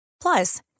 Plus